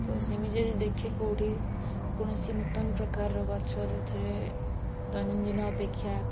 ତ ସେମିତି ଯଦି ଦେଖେ କେଉଁଠି କୌଣସି ନୂତନ ପ୍ରକାରର ଗଛ ଯେଉଁଥିରେ ଦୈନନ୍ଦିନ ଅପେକ୍ଷା